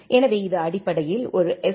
எனவே இது அடிப்படையில் ஒரு எஸ்